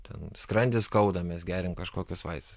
ten skrandį skauda mes geriame kažkokius vaistus